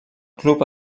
club